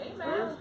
Amen